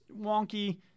wonky